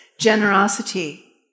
generosity